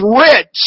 rich